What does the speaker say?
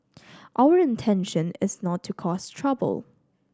our intention is not to cause trouble